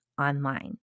online